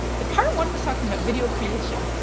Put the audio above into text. the part one was talking about video creation.